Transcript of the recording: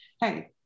Hey